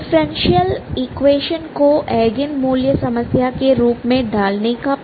difference equation को eigen मूल्य समस्या के रूप में डालने का प्रयास करें